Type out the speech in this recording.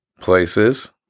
places